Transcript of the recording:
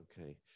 Okay